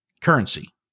currency